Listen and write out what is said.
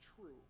true